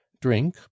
drink